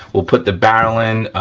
we'll put the barrel in,